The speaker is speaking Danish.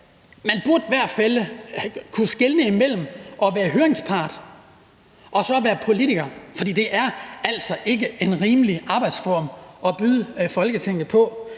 Man burde i hvert fald kunne skelne imellem at være høringspart og være politiker. Det er altså ikke en rimelig arbejdsform at byde Folketinget,